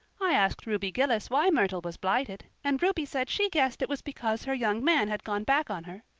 i asked ruby gillis why myrtle was blighted, and ruby said she guessed it was because her young man had gone back on her.